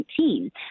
2019